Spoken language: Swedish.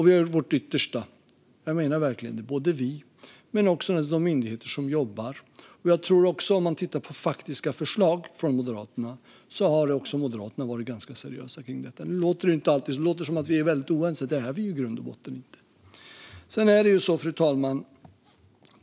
Vi gör vårt yttersta - jag menar verkligen det - både vi och de myndigheter som jobbar med det här. När man tittar på faktiska förslag från Moderaterna ser man att också Moderaterna har varit ganska seriösa när det gäller detta. Nu låter det som att vi är väldigt oense, men det är vi i grund och botten inte. Fru talman!